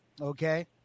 Okay